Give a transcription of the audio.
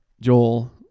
Joel